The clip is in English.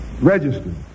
registered